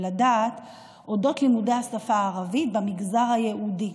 לדעת על אודות לימודי השפה הערבית במגזר היהודי: